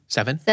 Seven